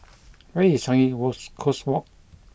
where is Changi was Coast Walk